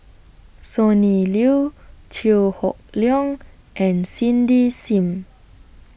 Sonny Liew Chew Hock Leong and Cindy SIM